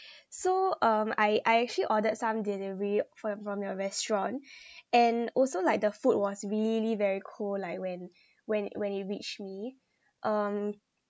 so um I I actually ordered some delivery for your from your restaurant and also like the food was really very cold like when when when it reached me um